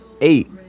eight